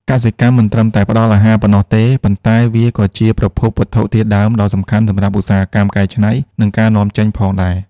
កសិកម្មមិនត្រឹមតែផ្ដល់អាហារប៉ុណ្ណោះទេ ប៉ុន្តែវាក៏ជាប្រភពវត្ថុធាតុដើមដ៏សំខាន់សម្រាប់ឧស្សាហកម្មកែច្នៃ និងការនាំចេញផងដែរ។